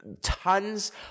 tons